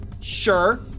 Sure